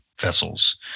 vessels